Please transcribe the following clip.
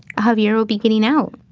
javier will be getting out